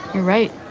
right.